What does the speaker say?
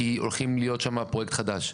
כי הולך להיות שם פרויקט חדש.